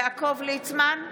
יעקב ליצמן,